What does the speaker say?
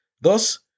Thus